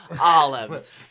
olives